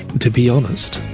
to be honest.